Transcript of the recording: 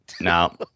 No